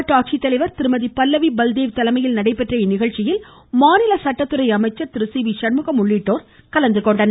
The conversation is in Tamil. மாவட்ட ஆட்சித்தலைவர் திருமதி பல்லவி பல்தேவ் தலைமையில் நடைபெற்ற நிகழ்ச்சியில் மாநில சட்டத்துறை அமைச்சர் திரு சி வி சண்முகம் உள்ளிட்டோர் கலந்துகொண்டனர்